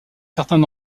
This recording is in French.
certains